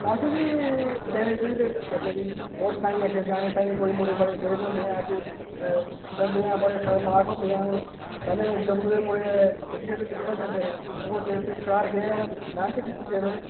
पैसे बी देने चाहिदे बच्चें गी स्पोर्टस ताईं अग्गै जाने ताईं कोई मुड़े मड़े तेज होंदे अग्गै बंदा ऐ बड़े खतरनाक होंदे पैह्ले जम्मू दे मुड़े क्रिकेट च कुत्थै जंदे हे हून तिन चार गे उ'नें मैह्नत कीती ऐ थ्होड़ी